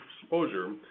exposure